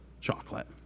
chocolate